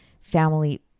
family